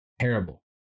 Terrible